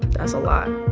that's a lot.